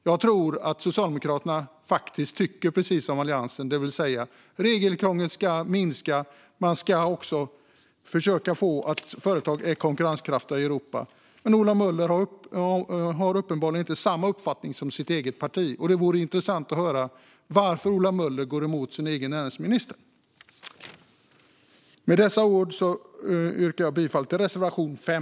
Jag tror att Socialdemokraterna faktiskt tycker precis som Alliansen, det vill säga att regelkrånglet ska minska. Man ska också försöka göra så att svenska företag är konkurrenskraftiga i Europa. Men Ola Möller har uppenbarligen inte samma uppfattning som sitt eget parti. Det vore intressant att höra varför Ola Möller går emot sin egen näringsminister. Med dessa ord yrkar jag bifall till reservation 5.